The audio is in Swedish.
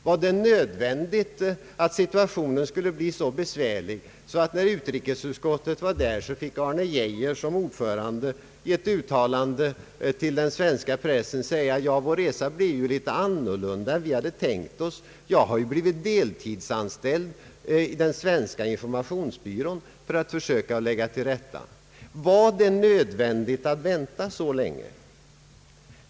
Var det nödvändigt att situationen skulle bli så besvärlig att, när utrikesutskottet var där, Arne Geijer som ordförande fick säga i ett uttalande till den svenska pressen: ”Vår resa blev litet annorlunda än vi hade tänkt oss. Jag har ju blivit deltidsanställd i den svenska informationsbyrån för att försöka lägga till rätta.” Var det nödvändigt att vänta så länge?